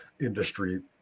industry